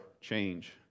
change